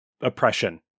Oppression